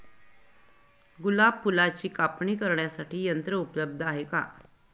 गुलाब फुलाची कापणी करण्यासाठी यंत्र उपलब्ध आहे का?